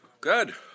Good